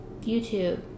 YouTube